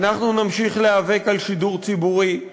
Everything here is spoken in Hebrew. אנחנו נמשיך להיאבק על שידור ציבורי,